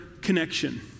connection